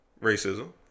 racism